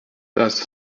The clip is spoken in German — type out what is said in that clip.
das